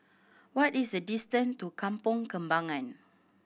what is the distance to Kampong Kembangan